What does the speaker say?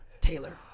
Taylor